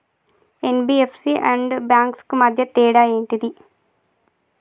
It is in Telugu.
ఎన్.బి.ఎఫ్.సి అండ్ బ్యాంక్స్ కు మధ్య తేడా ఏంటిది?